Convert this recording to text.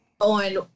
on